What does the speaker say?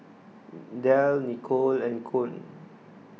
Delle Nicolle and Koen